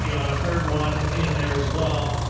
yeah on a third one in there as well,